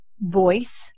voice